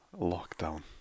lockdown